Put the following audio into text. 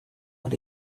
but